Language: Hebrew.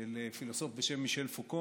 של פילוסוף בשם מישל פוקו,